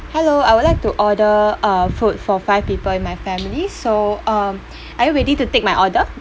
hello I would like to order uh food for five people in my family so um are you ready to take my order